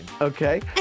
Okay